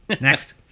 Next